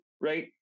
right